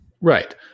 Right